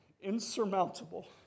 insurmountable